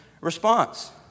response